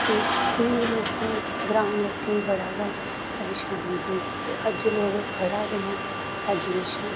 ते गरीब लोकें गी ग्रां दे लोकें गी बड़ा गै परेशानी ही ते अज्ज लोक पढ़ा दे न ते ऐजुकेशन